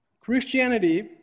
Christianity